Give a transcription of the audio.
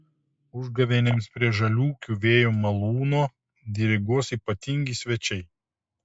užgavėnėms prie žaliūkių vėjo malūno diriguos ypatingi svečiai